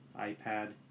iPad